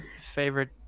favorite